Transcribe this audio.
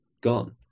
gone